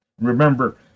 Remember